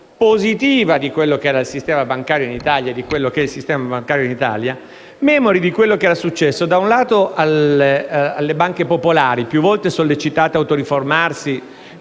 positiva di quello che era, ed è, il sistema bancario in Italia), memori di quanto era successo, da un lato alle banche popolari, più volte sollecitate ad autoriformarsi